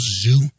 zoo